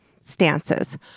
stances